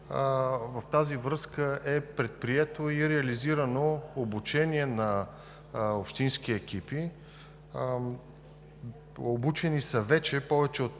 В тази връзка е предприето и е реализирано обучението на общински екипи. Вече са обучени повече от